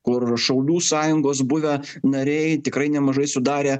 kur šaulių sąjungos buvę nariai tikrai nemažai sudarė